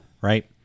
right